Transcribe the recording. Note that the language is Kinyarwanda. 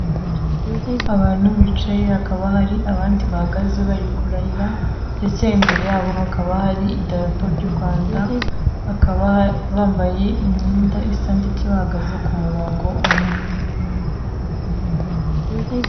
Abantu bicaye hakaba hari abandi bahagaze bari kurahira ndetse imbere yabo hakaba hari idarapo ry'u Rwanda, bakaba bambaye imyenda isa ndetse bahagaze ku murongo umwe.